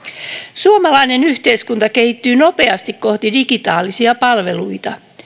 suomalainen yhteiskunta kehittyy nopeasti kohti digitaalisia palveluita